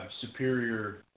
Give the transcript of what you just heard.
superior